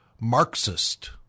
Marxist